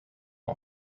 een